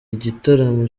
igitaramo